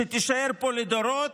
שתישאר פה לדורות,